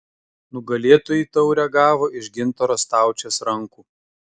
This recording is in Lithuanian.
nugalėtojai taurę gavo iš gintaro staučės rankų